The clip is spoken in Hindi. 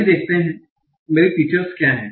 आइए देखते हैं मेरी फीचर्स क्या हैं